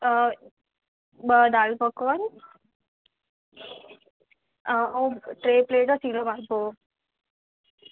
त ॿ दाल पकवान अ ऐं टे प्लेट सीरो मालपूड़ो